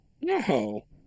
No